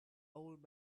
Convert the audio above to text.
old